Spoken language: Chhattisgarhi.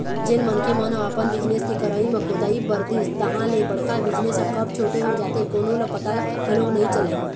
जेन मनखे मन ह अपन बिजनेस के करई म कोताही बरतिस तहाँ ले बड़का बिजनेस ह कब छोटे हो जाथे कोनो ल पता घलोक नइ चलय